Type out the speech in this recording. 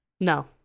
No